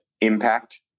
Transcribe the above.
impact